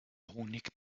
honig